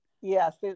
Yes